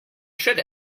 should